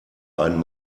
einen